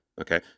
Okay